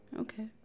Okay